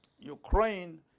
Ukraine